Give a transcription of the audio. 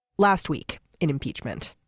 last week in impeachment